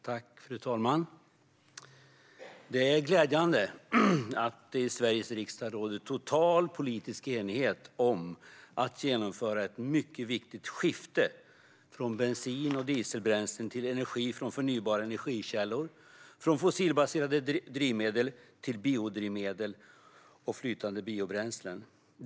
Fru talman! Det är glädjande att det i Sveriges riksdag råder total politisk enighet om att genomföra ett mycket viktigt skifte från bensin och dieselbränslen till energi från förnybara energikällor - från fossilbaserade drivmedel till biodrivmedel och flytande biobränslen.